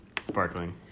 sparkling